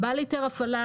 בעל היתר הפעלה,